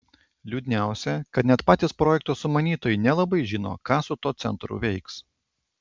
liūdniausia kad net patys projekto sumanytojai nelabai žino ką su tuo centru veiks